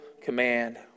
command